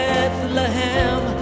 Bethlehem